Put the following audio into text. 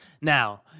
Now